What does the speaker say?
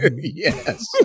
Yes